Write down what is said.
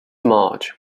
march